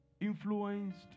influenced